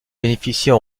bénéficient